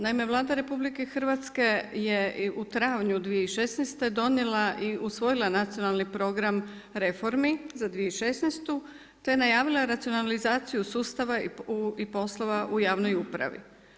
Naime, Vlada RH je u travnju 2016. donijela i usvojila Nacionalni program reformi za 2016., te najavila racionalizaciju sustava i poslova u javnoj upravi.